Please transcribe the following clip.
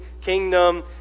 kingdom